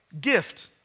gift